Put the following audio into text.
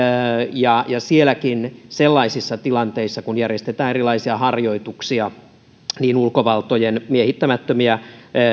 ja sielläkin sellaisissa tilanteissa kun järjestetään erilaisia harjoituksia ulkovaltojen miehittämättömiä